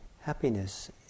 happiness